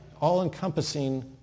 all-encompassing